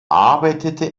arbeitete